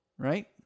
Right